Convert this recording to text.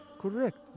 Correct